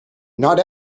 not